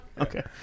Okay